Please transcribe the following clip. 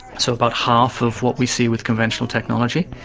so about half of what we see with conventional technology.